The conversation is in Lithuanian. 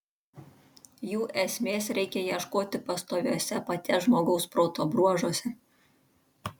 jų esmės reikia ieškoti pastoviuose paties žmogaus proto bruožuose